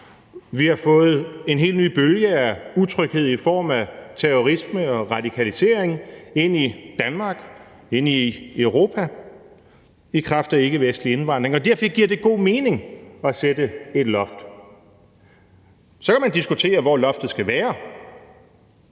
Vi har fået en helt ny bølge af utryghed i form af terrorisme og radikalisering ind i Danmark, ind i Europa, i kraft af ikkevestlig indvandring, og derfor giver det god mening at sætte et loft. Så kan man diskutere, hvor loftet skal være,